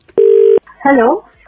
Hello